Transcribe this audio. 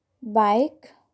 bike